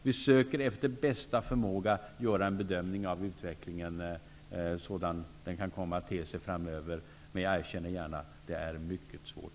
Vi söker efter bästa förmåga göra en bedömning av utvecklingen sådan den kan komma att te sig framöver. Men jag erkänner gärna att det är mycket svårt.